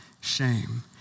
shame